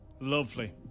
lovely